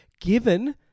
given